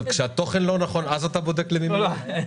כשהתוכן לא נכון, אז אתה בודק למי זה מיועד?